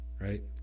right